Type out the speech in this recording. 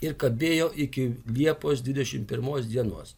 ir kabėjo iki liepos dvidešimt pirmos dienos